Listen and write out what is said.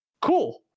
Cool